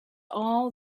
all